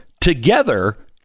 together